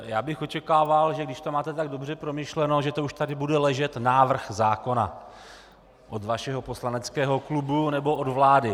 Já bych očekával, že když to máte tak dobře promyšleno, že už tady bude ležet návrh zákona od vašeho poslaneckého klubu nebo od vlády.